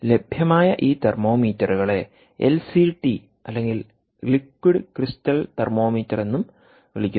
ലഭ്യമായ ഈ തെർമോമീറ്ററുകളെ എൽസിടി അല്ലെങ്കിൽ ലിക്വിഡ് ക്രിസ്റ്റൽ തെർമോമീറ്റർ എന്നും വിളിക്കുന്നു